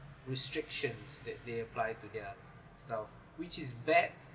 restrictions that they apply to their stuff which is bad